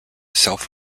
self